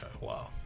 Wow